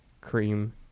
cream